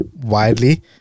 widely